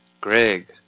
Greg